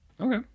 Okay